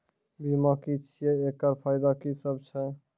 बीमा की छियै? एकरऽ फायदा की सब छै?